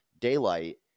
daylight